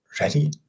ready